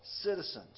citizens